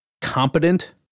competent